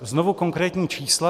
Znovu konkrétní čísla.